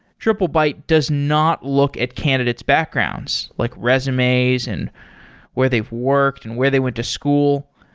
triplebyte does not look at candidate's backgrounds, like resumes and where they've worked and where they went to school.